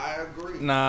Nah